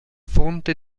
fonte